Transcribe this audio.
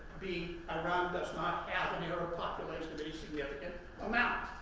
b, iran does not have an arab population, basically, of any amount,